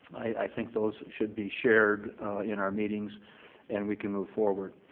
i think those should be shared in our meetings and we can move forward.